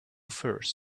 first